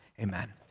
amen